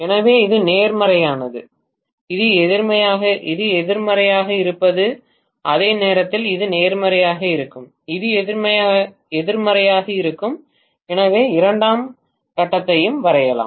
எனவே இது நேர்மறையானது இது எதிர்மறையாக இருப்பது அதே நேரத்தில் இது நேர்மறையாக இருக்கும் இது எதிர்மறையாக இருக்கும் எனவே இரண்டாம் கட்டத்தையும் வரையலாம்